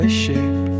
shape